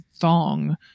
Thong